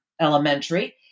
Elementary